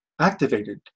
activated